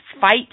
fight